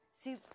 See